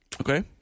Okay